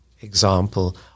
example